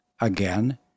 again